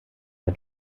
der